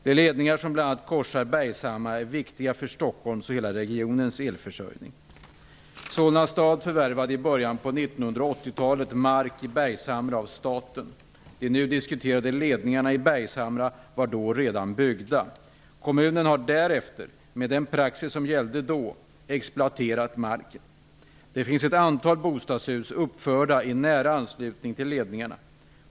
De ledningar som bl.a. korsar Bergshamra är viktiga för Bergshamra av staten. De nu diskuterade ledningarna i Bergshamra var då redan byggda. Kommunen har därefter, med den praxis som gällde då, exploaterat marken. Det finns ett antal bostadshus uppförda i nära anslutning till ledningarna.